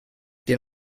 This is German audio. den